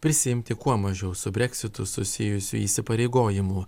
prisiimti kuo mažiau su breksitu susijusių įsipareigojimų